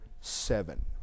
seven